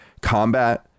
combat